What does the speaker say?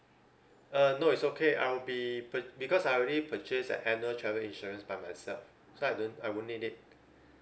uh no it's okay I will be pur~ because I already purchase and handle travel insurance by myself so I don't I won't need it